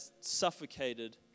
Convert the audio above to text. suffocated